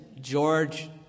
George